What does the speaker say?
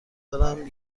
دارم